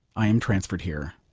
i am transferred here.